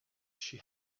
she